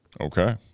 Okay